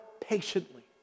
patiently